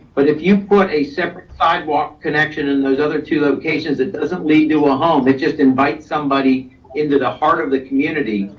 but if you put a separate sidewalk connection in those other two locations that doesn't lead to a home, they just invite somebody into the heart of the community.